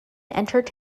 entered